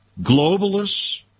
globalists